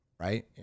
Right